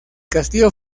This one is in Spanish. castillo